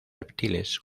reptiles